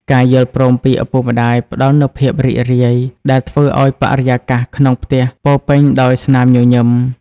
ការយល់ព្រមពីឪពុកម្ដាយផ្ដល់នូវភាពរីករាយ ដែលធ្វើឱ្យបរិយាកាសក្នុងផ្ទះពោរពេញដោយស្នាមញញឹម។